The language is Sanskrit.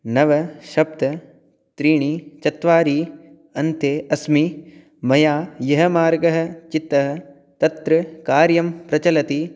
नव सप्त त्रीणि चत्वारि अन्ते अस्मि मया यः मार्गः चितः तत्र कार्यं प्रचलति